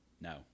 No